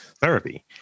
therapy